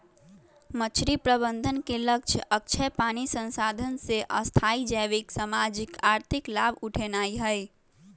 मछरी प्रबंधन के लक्ष्य अक्षय पानी संसाधन से स्थाई जैविक, सामाजिक, आर्थिक लाभ उठेनाइ हइ